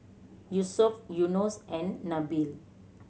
Yusuf Yunos and Nabil